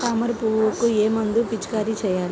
తామర పురుగుకు ఏ మందు పిచికారీ చేయాలి?